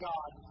God